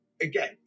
again